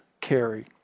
carry